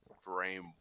frame